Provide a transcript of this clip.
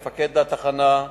מפקד התחנה,